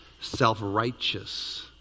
self-righteous